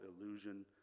illusion